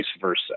versa